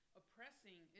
oppressing